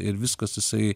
ir viskas jisai